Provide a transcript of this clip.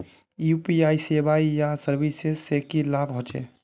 UPI सेवाएँ या services से की लाभ होचे?